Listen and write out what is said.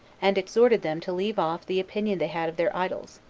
and exhorted them to leave off the opinion they had of their idols,